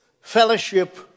fellowship